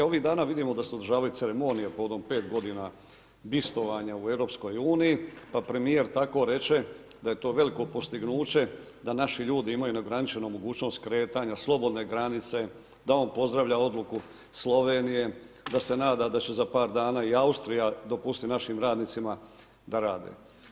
Ovih dana vidimo da se održavaju ceremonije po onom 5 godina bistvovanja u EU, pa premijer tako reče da je to veliko postignuće da naši ljudi imaju neograničenu mogućnost kretanja, slobodne granice, da on pozdravlja odluku Slovenije, da se nada da će za par dana i Austrija dopustiti našim radnicima da rade.